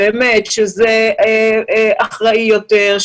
אמרו שזה אחראי יותר,